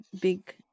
big